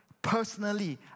Personally